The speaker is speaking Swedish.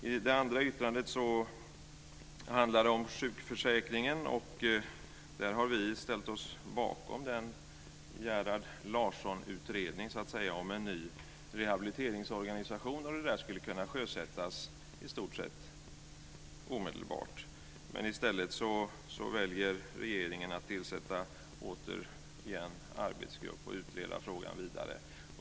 Det andra särskilda yttrandet handlar om sjukförsäkringen, och där har vi ställt oss bakom Gerhard Larsson-utredningen om en ny rehabiliteringsorganisation. Det skulle kunna sjösättas i stort sett omedelbart, men i stället väljer regeringen att återigen tillsätta en arbetsgrupp och utreda frågan vidare.